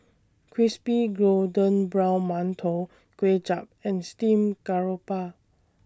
Crispy Golden Brown mantou Kuay Chap and Steamed Garoupa